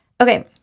Okay